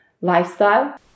lifestyle